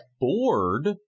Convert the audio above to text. bored